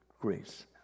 grace